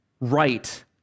right